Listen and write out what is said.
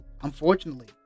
unfortunately